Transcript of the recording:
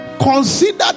Consider